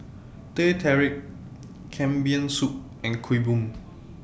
Teh Tarik Kambing Soup and Kuih Bom